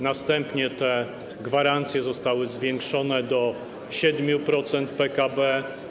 Następnie te gwarancje zostały zwiększone do 7% PKB.